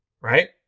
right